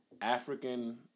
African